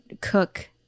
cook